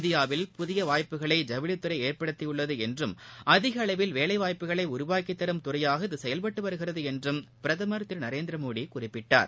இந்தியாவில்புதியவாய்ப்புகளை ஜவுளித்துறைஏற்படுத்தியுள்ளதுஎன்றும்அதிகஅளவில் வேலைவாய்ப்புகளைஉருவாக்கித்தரும்துறையாகஇதுசெ யல்பட்டுவருகிறது என்றுபிரதமர்நரேந்திரமோடிகுறிப்பிட்டார்